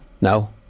No